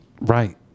Right